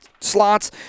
slots